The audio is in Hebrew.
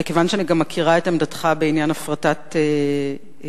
וכיוון שאני גם מכירה את עמדתך בעניין הפרטת הכלא,